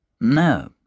No